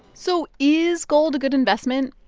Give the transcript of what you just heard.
so is gold a good investment?